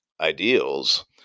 ideals